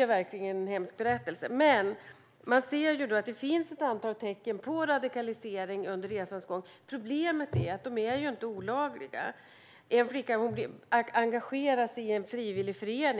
är verkligen en hemsk berättelse. Men man ser att det finns ett antal tecken på radikalisering under resans gång. Problemet är att de inte är olagliga. En flicka engagerade sig i en frivillig förening.